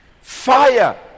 fire